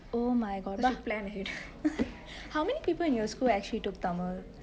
so she planned ahead